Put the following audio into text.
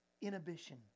inhibition